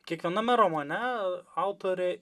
kiekviename romane autorė